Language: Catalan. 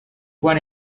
quan